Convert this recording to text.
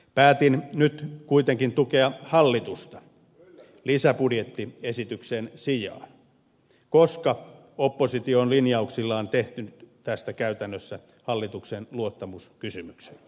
päätin nyt kuitenkin tukea hallitusta lisäbudjettiesityksen sijaan koska oppositio on linjauksillaan tehnyt tästä käytännössä hallituksen luottamuskysymyksen